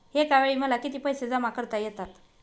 एकावेळी मला किती पैसे जमा करता येतात?